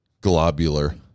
globular